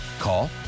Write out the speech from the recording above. Call